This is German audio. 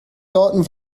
sorten